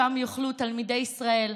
שם יוכלו תלמידי ישראל,